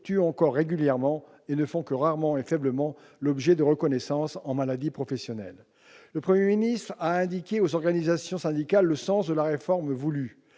tuent encore régulièrement et ne font que rarement et dans une faible mesure l'objet de reconnaissance en tant que maladies professionnelles. « Le Premier ministre a indiqué aux organisations syndicales le sens de la réforme voulue